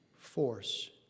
force